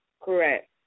Correct